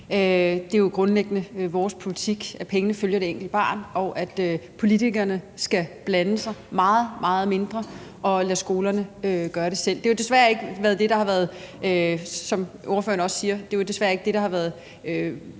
Det er jo grundlæggende vores politik, at pengene følger det enkelte barn, og at politikerne skal blande sig meget, meget mindre og lade skolerne gøre det selv. Det er jo desværre ikke, som ordføreren også siger, det, der har været